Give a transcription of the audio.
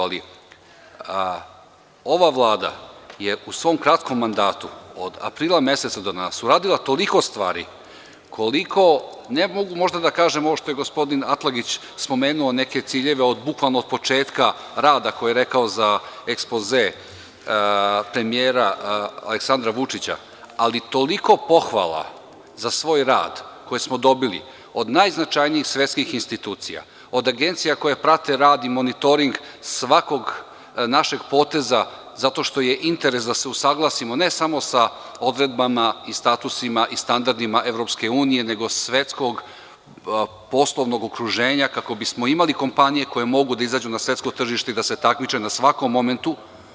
Ali, ova Vlada je svom kratkom mandatu od aprila meseca do danas, uradila toliko stvari koliko, ne mogu možda da kažem ovo što je gospodin Atlagić spomenuo neke ciljeve od bukvalno od početka rada koji je rekao za ekspoze premijera Aleksandra Vučića, ali toliko pohvala za svoj rad koji smo dobili od najznačajnijih svetskih institucija, od agencija koje prate rad i monitoring svakog našeg poteza zato što je interes da se usaglasimo, ne samo sa odredbama i statusima i standardima EU nego svetskog poslovnog okruženja kako bismo imali kompanije koje mogu da izađu na svetsko tržište i da se takmiče u svakom momentu.